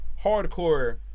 hardcore